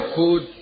food